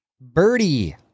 Birdie